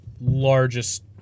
largest